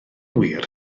wir